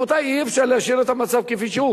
רבותי, אי-אפשר להשאיר את המצב כפי שהוא.